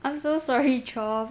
I'm so sorry joff